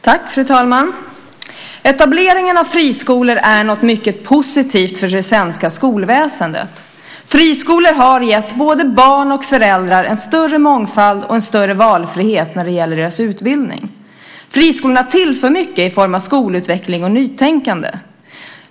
Fru talman! Etableringen av friskolor är något mycket positivt för det svenska skolväsendet. Friskolor har gett både barn och föräldrar större mångfald och större valfrihet när det gäller deras utbildning. Friskolorna tillför mycket i form av skolutveckling och nytänkande.